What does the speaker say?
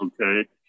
okay